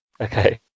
Okay